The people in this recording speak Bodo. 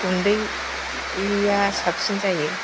गुन्दैया साबसिन जायो